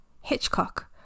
Hitchcock